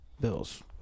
Bills